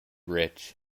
rich